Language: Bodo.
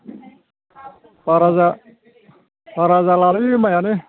बारा जालालै माइयानो